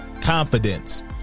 confidence